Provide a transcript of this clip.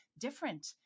different